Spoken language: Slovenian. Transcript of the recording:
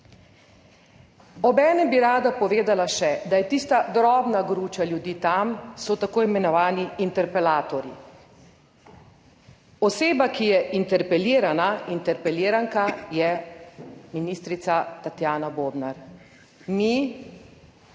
Obenem bi rada povedala še, da je tista drobna gruča ljudi tam so tako imenovani interpelatorji. Oseba, ki je interpelirana, interpeliranka je ministrica Tatjana Bobnar. Mi